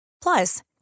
Plus